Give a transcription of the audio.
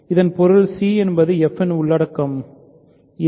இதன் பொருள் c என்பது f இன் உள்ளடக்கம் ஆகும்